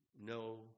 No